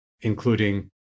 including